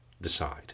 decide